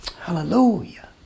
Hallelujah